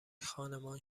خانمان